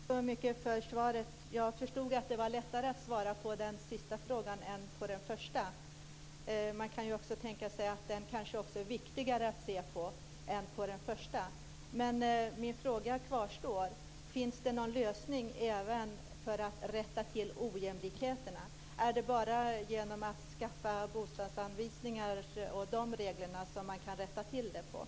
Fru talman! Tack så mycket för svaret. Jag förstår att det var lättare att svara på den sista frågan än på den första. Man kan ju också tänka sig att den kanske också är viktigare att se över än den första. Men min fråga kvarstår: Finns det någon lösning för att komma till rätta med ojämlikheterna, eller är det bara genom att skaffa regler om bostadsanvisningar som det går att komma till rätta med problemen?